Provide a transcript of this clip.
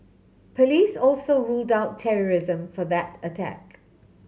police also ruled out terrorism for that attack